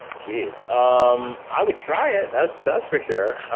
jeez. um i would try it, that's that's for sure.